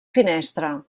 finestra